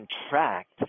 contract